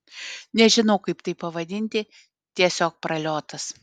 nežinau kaip tai pavadinti tiesiog praliotas